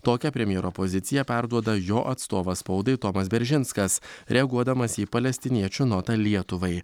tokią premjero poziciją perduoda jo atstovas spaudai tomas beržinskas reaguodamas į palestiniečių notą lietuvai